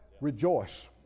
Rejoice